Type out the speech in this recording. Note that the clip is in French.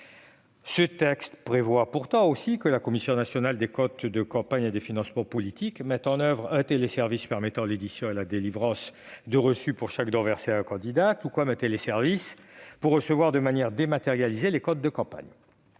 ce texte prévoit que la Commission nationale des comptes de campagne et des financements politiques mette en oeuvre un téléservice permettant l'édition et la délivrance de reçus pour chaque don versé à un candidat et un autre pour recevoir de manière dématérialisée les comptes de campagne.